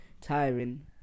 tiring